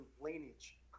lineage